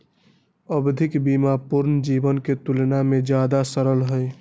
आवधिक बीमा पूर्ण जीवन के तुलना में ज्यादा सरल हई